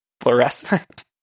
fluorescent